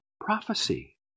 prophecy